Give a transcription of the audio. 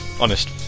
honest